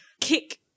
kick